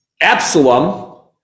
Absalom